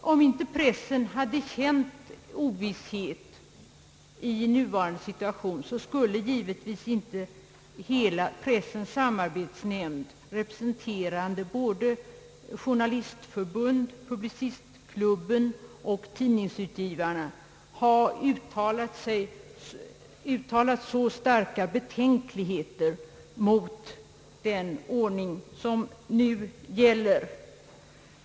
Om inte pressen hade känt ovisshet i nuvarande situation, skulle givetvis inte Pressens samarbetsnämnd, representerande <<< Journalistförbundet, Publicistklubben och tidningsutgivarna, ha uttalat så starka betänkligheter mot den ordning som nu gäller.